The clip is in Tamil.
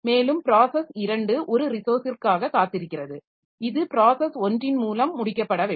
மேலும் ப்ராஸஸ் 2 ஒரு ரிசோர்ஸிற்காகக் காத்திருக்கிறது இது ப்ராஸஸ் ஒன்றின் மூலம் முடிக்கப்பட வேண்டும்